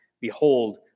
Behold